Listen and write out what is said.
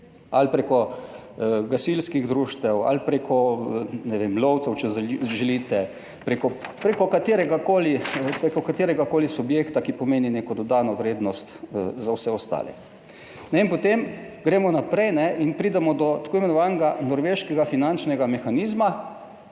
ali preko gasilskih društev ali preko, ne vem, lovcev, če želite, preko kateregakoli, preko kateregakoli subjekta, ki pomeni neko dodano vrednost za vse ostale. In potem gremo naprej in pridemo do tako imenovanega norveškega finančnega mehanizma,